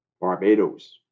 Barbados